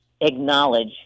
acknowledge